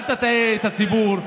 אל תטעה את הציבור.